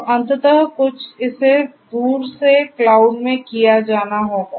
तो अंतत कुछ इसे दूर से क्लाउड में किया जाना होगा